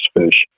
fish